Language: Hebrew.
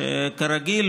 וכרגיל,